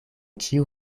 ĉiu